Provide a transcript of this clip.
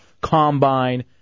combine